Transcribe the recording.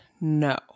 no